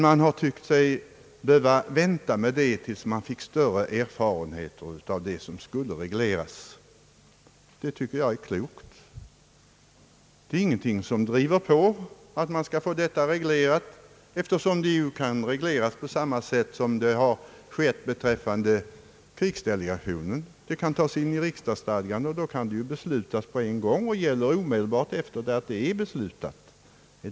Man har tyckt sig behöva vänta med detta tills man fick större erfarenheter av det som skulle regleras. Det tycker jag är klokt. Ingenting driver på att man skall få detta reglerat, eftersom det ju kan regleras på samma sätt som har skett beträffande krigsdelegationen. Det kan tas in i riksdagsstadgan. Då kan det ju beslutas på en gång och gäller omedelbart efter det att det är beslutat.